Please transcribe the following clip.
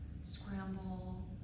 scramble